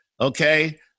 Okay